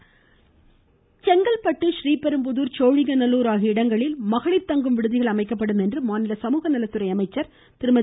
சரோஜா செங்கல்பட்டு ஸீபெரும்புதூர் சோழிங்கநல்லூர் ஆகிய இடங்களில் மகளிர் தங்கும் விடுதிகள் அமைக்கப்படும் என்று சமூக நலத்துறை அமைச்சர் திருமதி